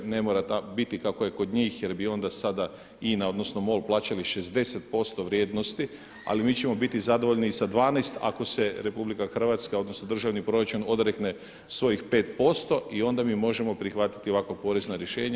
Ne mora biti kako je kod njih jer bi onda sada INA odnosno MOL plaćali 60% vrijednosti, ali mi ćemo biti zadovoljni i sa 12 ako se RH odnosno državni proračun odrekne svojih 5% i onda mi možemo prihvatiti ovakva porezna rješenja.